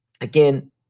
Again